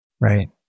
Right